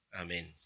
amen